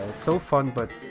so fun, but.